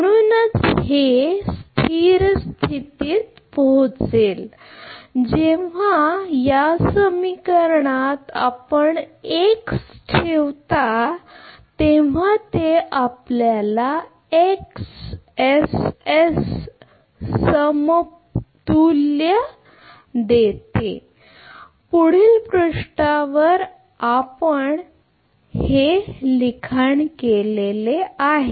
म्हणूनच हे स्थिर स्थितीत पोहोचेल जेव्हा या समीकरणात आपणठेवता तेव्हा ते आपल्या समतुल्य ते याचा अर्थ पुढील पृष्ठावर आपले लिखाण केले आहे